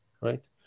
right